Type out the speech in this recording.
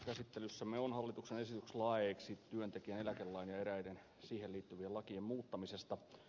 käsittelyssämme on hallituksen esitys laeiksi työntekijän eläkelain ja eräiden siihen liittyvien lakien muuttamisesta